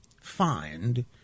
find